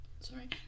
Sorry